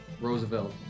Roosevelt